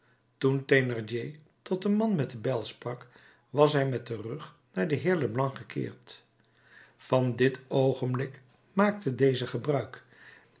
tot den man met de bijl sprak was hij met den rug naar den heer leblanc gekeerd van dit oogenblik maakte deze gebruik